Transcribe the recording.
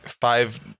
five